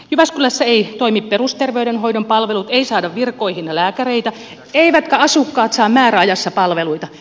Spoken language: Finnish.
jyväskylässä eivät toimi perusterveydenhoidon palvelut ei saada virkoihin lääkäreitä eivätkä asukkaat saa määräajassa palveluita